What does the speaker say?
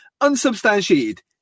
Unsubstantiated